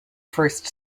first